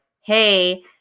Hey